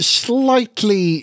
slightly